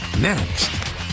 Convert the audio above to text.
Next